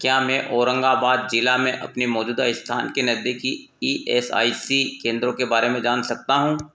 क्या मैं औरंगाबाद ज़िले में अपने मौजूदा स्थान के नज़दीकी ई एस आई सी केंद्रो के बारे में जान सकता हूँ